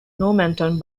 normanton